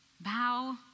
Bow